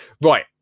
Right